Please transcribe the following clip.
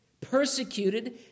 persecuted